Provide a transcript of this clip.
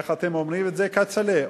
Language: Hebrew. איך אתם אומרים את זה, כצל'ה?